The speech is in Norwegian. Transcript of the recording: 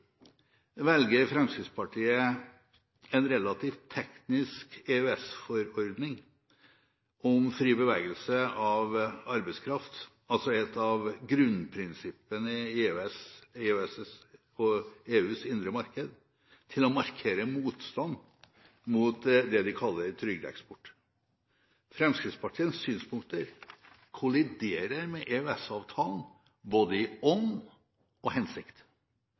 velger Fremskrittspartiet en relativt teknisk EØS-forordning om fri bevegelse av arbeidskraft, altså et av grunnprinsippene i EØS-avtalen når det gjelder EUs indre marked, til å markere motstand mot det de kaller trygdeeksport. Fremskrittspartiets synspunkter kolliderer med EØS-avtalen både i ånd og i hensikt.